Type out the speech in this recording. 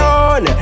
on